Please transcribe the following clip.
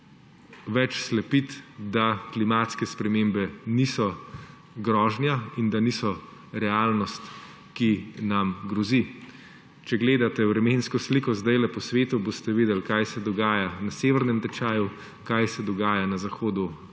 več slepiti, da klimatske spremembe niso grožnja in da niso realnost, ki nam grozi. Če gledate vremensko sliko zdajle po svetu, boste videli, kaj se dogaja na severnem tečaju, kaj se dogaja na zahodu